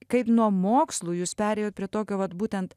kaip nuo mokslų jus perėjot prie tokio vat būtent